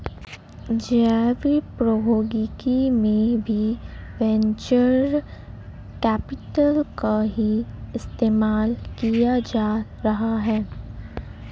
जैव प्रौद्योगिकी में भी वेंचर कैपिटल का ही इस्तेमाल किया जा रहा है